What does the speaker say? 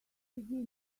begin